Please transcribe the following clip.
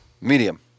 Medium